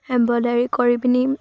embroidery কৰি পিনি